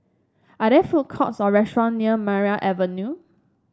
are there food courts or restaurants near Maria Avenue